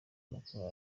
makuru